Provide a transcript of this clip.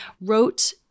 wrote